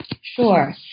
Sure